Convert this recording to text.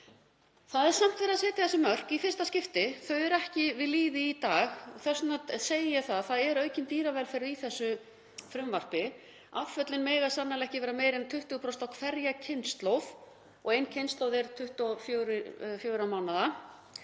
Það er samt verið að setja þessi mörk í fyrsta skipti. Þau eru ekki við lýði í dag. Þess vegna segi ég að það er aukinn dýravelferð í þessu frumvarpi. Afföllin mega sannarlega ekki vera meira en 20% á hverja kynslóð og ein kynslóð er 24 mánaða.